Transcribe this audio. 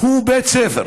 הוא בית ספר